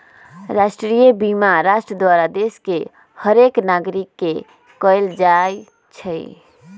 राष्ट्रीय बीमा राष्ट्र द्वारा देश के हरेक नागरिक के कएल जाइ छइ